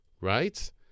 right